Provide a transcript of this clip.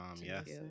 yes